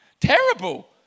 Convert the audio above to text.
Terrible